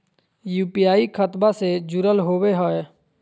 UPI खतबा से जुरल होवे हय?